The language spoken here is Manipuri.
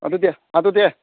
ꯑꯗꯨꯗꯤ ꯑꯗꯨꯗꯤ